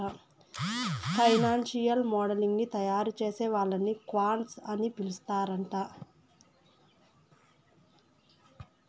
financial modelling ని తయారుచేసే వాళ్ళని క్వాంట్స్ అని పిలుత్తరాంట